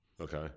okay